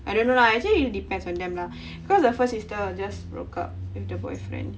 I don't know lah actually it depends on them lah cause the first sister just broke up with the boyfriend